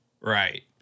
Right